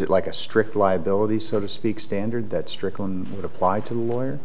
it like a strict liability so to speak standard that strickland would apply to the lawyer